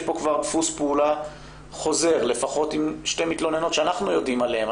פה כבר דפוס פעולה חוזר לפחות עם שתי מתלוננות שאנחנו יודעים עליהן,